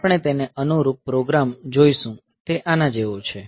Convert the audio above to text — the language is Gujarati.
તેથી આપણે તેને અનુરૂપ પ્રોગ્રામ જોઈશું તે આના જેવો છે